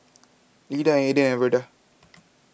Leda Aedan and Verda